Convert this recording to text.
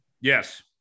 Yes